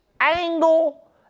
angle